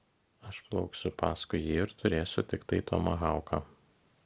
aš plauksiu paskui jį ir turėsiu tiktai tomahauką